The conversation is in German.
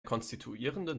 konstituierenden